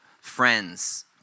friends